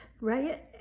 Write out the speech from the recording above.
right